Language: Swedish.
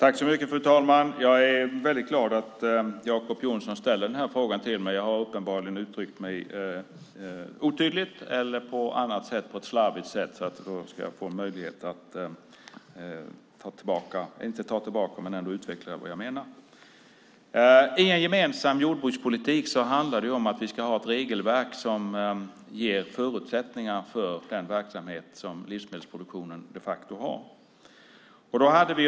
Fru talman! Jag är väldigt glad över att Jacob Johnson ställer den här frågan till mig. Jag har uppenbarligen uttryckt mig otydligt eller på ett slarvigt sätt. Då får jag en möjlighet att utveckla vad jag menar. I en gemensam jordbrukspolitik handlar det om att vi ska ha ett regelverk som ger förutsättningar för den verksamhet som livsmedelsproduktionen de facto har.